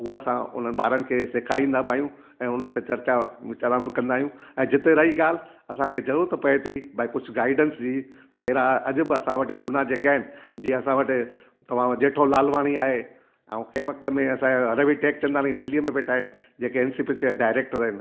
हूअ असां हुन ॿारनि खे सेखारींदा बि आहियूं ऐं हुन ते चर्चा विचारम बि कंदा आहियूं ऐं जिथे रही ॻाल्हि असांखे जरूरत पए थी बई कुझ गाइडैंस जी पंहिरां अॼ बि असां वटि जूना जेके आहिनि जीअं असां वटि तव्हांजो जेठो लालवाणी आहे ऐं कंहिं वक़्त में असांजा रवि टेकचंदानी दिल्लीअ में वेठा आहिनि जेके एनसीपीआ जा डायरैक्टर आहिनि